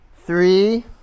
Three